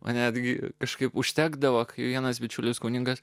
man netgi kažkaip užtekdavo vienas bičiulis kunigas